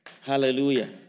Hallelujah